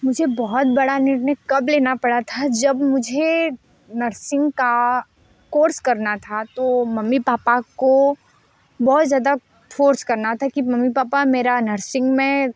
मुझे बहुत बड़ा निर्णय कब लेना पड़ा था जब मुझे नर्सिंग का कोर्स करना था तो मम्मी पापा को बहुत ज़्यादा फोर्स करना था कि मम्मी पापा मेरा नर्सिंग में